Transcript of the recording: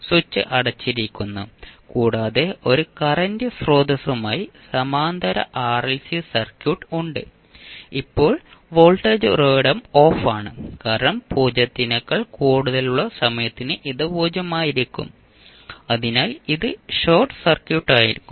switch അടച്ചിരിക്കുന്നു കൂടാതെ ഒരു കറന്റ് സ്രോതസ്സുമായി സമാന്തര ആർഎൽസി സർക്യൂട്ട് ഉണ്ട് ഇപ്പോൾ വോൾട്ടേജ് ഉറവിടം ഓഫാണ് കാരണം 0 നേക്കാൾ കൂടുതലുള്ള സമയത്തിന് ഇത് 0 ആയിരിക്കും അതിനാൽ ഇത് ഷോർട്ട് സർക്യൂട്ട് ആയിരിക്കും